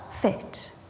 fit